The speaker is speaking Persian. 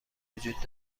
وجود